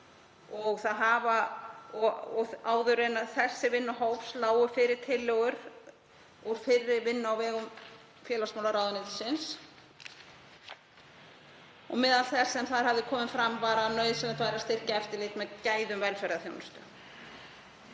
og áður en þessi vinna hófst lágu fyrir tillögur úr fyrri vinnu á vegum félagsmálaráðuneytisins. Meðal þess sem þar hafði komið fram var að nauðsynlegt væri að styrkja eftirlit með gæðum velferðarþjónustu.